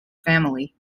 family